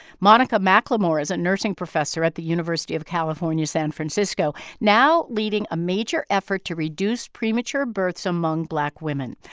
monica mclemore is a nursing professor at the university of california, san francisco, now leading a major effort to reduce premature births among black women.